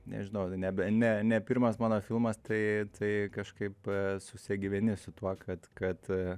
nežinau nebe ne ne pirmas mano filmas tai tai kažkaip susigyveni su tuo kad kad